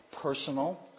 personal